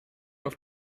auf